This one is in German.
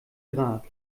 irak